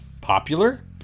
Popular